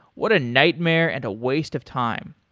what a nightmare and a waste of time.